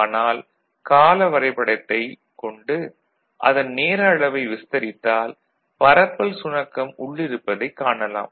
ஆனால் கால வரைபடத்தைக் கொண்டு அதன் நேர அளவை விஸ்தரித்தால் பரப்பல் சுணக்கம் உள்ளிருப்பதைக் காணலாம்